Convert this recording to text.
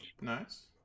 nice